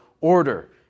order